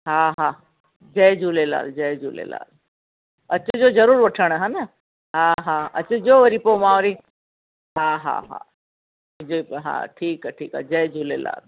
हा हा जय झूलेलाल जय झूलेलाल अचिजो जरूर वठण हे न हा हा अचिजो पोइ वरी मां वरी हा हा हा ठीकु आहे ठीकु आहे जय झूलेलाल